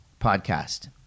podcast